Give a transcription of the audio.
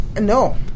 no